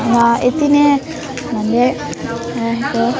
र यति नै हामीले जानेको राखेको